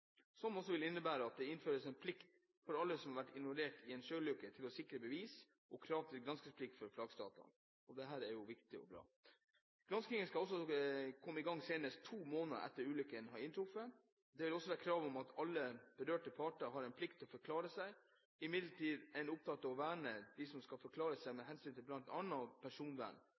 vil innebære at det innføres en plikt for alle som har vært involvert i en sjøulykke, til å sikre bevis og stille krav om granskingsplikt for flaggstaten. Dette er jo viktig og bra. Granskingen skal komme i gang senest to måneder etter at ulykken har inntruffet. Det vil også være krav om at alle berørte parter har plikt til å forklare seg. Imidlertid er man opptatt av å verne dem som skal forklare seg, med hensyn til bl.a. personvern,